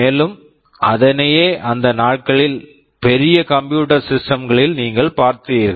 மேலும் அதனையே அந்த நாட்களில் பெரிய கம்ப்யூட்டர் சிஸ்டம் computer system களில் நீங்கள் பார்த்தீர்கள்